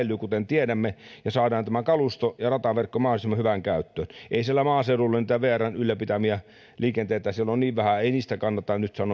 säilyy kuten tiedämme ja saadaan tämä kalusto ja rataverkko mahdollisimman hyvään käyttöön siellä maaseudulla sitä vrn ylläpitämää liikennettä on niin vähän että ei siitä kannata nyt